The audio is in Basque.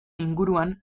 inguruan